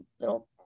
little